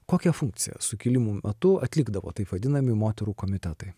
kokią funkciją sukilimų metu atlikdavo taip vadinami moterų komitetai